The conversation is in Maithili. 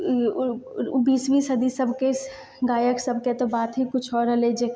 ओ बीसवी सदी सबके गायक सबके तऽ बात ही कुछ आओर हलै जे